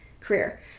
career